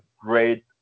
great